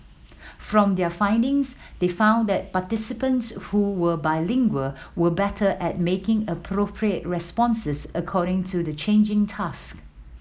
from their findings they found that participants who were bilingual were better at making appropriate responses according to the changing task